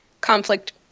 conflict